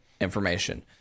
information